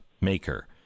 maker